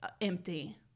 empty